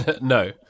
no